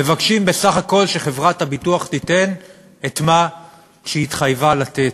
מבקשים בסך הכול שחברת הביטוח תיתן את מה שהיא התחייבה לתת.